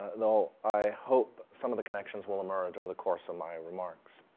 though i hope some of the connections will emerge over the course of my remarks.